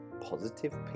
Positive